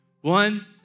One